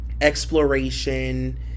exploration